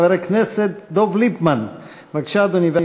חבר הכנסת דב ליפמן, בבקשה, אדוני.